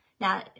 Now